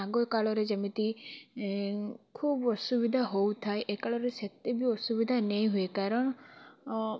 ଆଗକାଳରେ ଯେମିତି ଏଁ ଖୁବ୍ ଅସୁବିଧା ହେଉଥାଏ ଏ କାଳରେ ସେତେ ବି ଅସୁବିଧା ନେଇ ହୁଏ କାରଣ୍